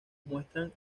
muestran